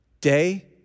day